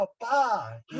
papa